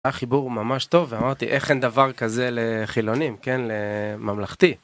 החיבור ממש טוב אמרתי איך אין דבר כזה לחילונים כן, לממלכתי.